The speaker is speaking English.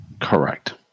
Correct